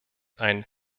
ein